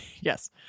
yes